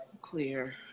clear